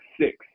six